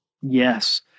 Yes